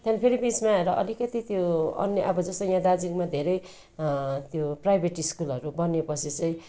त्यहाँदेखि फेरि बिचमा आएर अलिकति त्यो अन्य अब जस्तै यहाँ दार्जिलिङमा धेरै त्यो प्राइभेट स्कुलहरू बनियो पछि चाहिँ